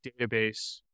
database